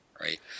Right